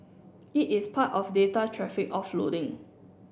it is part of data traffic offloading